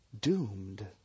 doomed